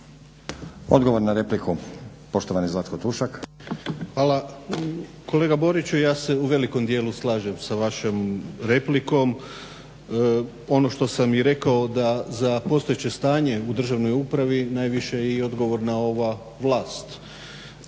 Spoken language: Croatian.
Zlatko (Hrvatski laburisti - Stranka rada)** Kolega Boriću ja se u velikom djelu slažem s vašom replikom. Ono što sam i rekao da za postojeće stanje u državnoj upravi najviše je i odgovorna ova vlast.